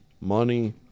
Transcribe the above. money